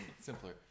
Simpler